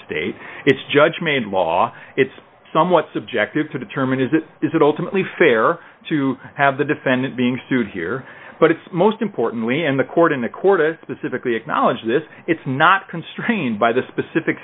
state its judge made law it's somewhat subjective to determine is it is it ultimately fair to have the defendant being sued here but it's most importantly in the court in the court is specifically acknowledged this it's not constrained by the specific